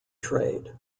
trade